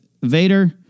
Vader